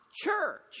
church